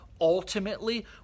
ultimately